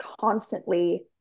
constantly